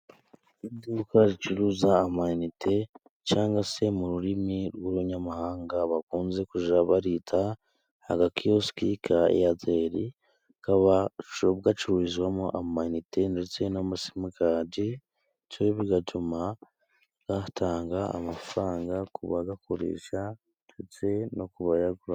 Iduka ricuruza amayinite cyangwa se mu rurimi rw'urunyamahanga bakunze kwita agakiyosike ka eyateli. Kakaba gacururizwamo amayinite ndetse na simukadi, ndetse bigatuma gatanga amafaranga ku bagakoresha ndetse no kubayagura.